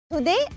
Today